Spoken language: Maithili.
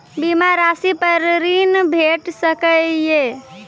बीमा रासि पर ॠण भेट सकै ये?